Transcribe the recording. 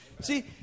See